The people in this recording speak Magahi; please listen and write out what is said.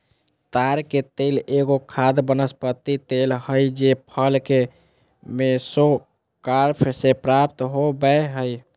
ताड़ के तेल एगो खाद्य वनस्पति तेल हइ जे फल के मेसोकार्प से प्राप्त हो बैय हइ